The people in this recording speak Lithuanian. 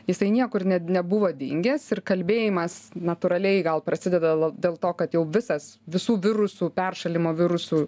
jisai niekur net nebuvo dingęs ir kalbėjimas natūraliai gal prasideda dėl to kad jau visas visų virusų peršalimo virusų